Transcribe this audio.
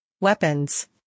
weapons